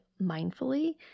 mindfully